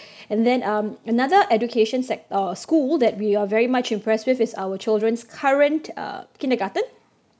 and then um another education sec~ uh school that we are very much impressed with is our children's current uh kindergarten